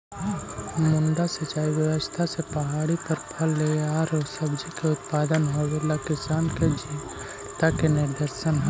मड्डा सिंचाई व्यवस्था से पहाड़ी पर फल एआउ सब्जि के उत्पादन होवेला किसान के जीवटता के निदर्शन हइ